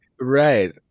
Right